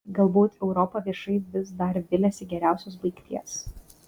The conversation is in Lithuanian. galbūt europa viešai vis dar viliasi geriausios baigties